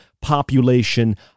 population